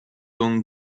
hong